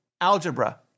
algebra